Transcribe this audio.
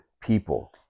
people